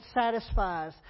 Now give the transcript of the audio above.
satisfies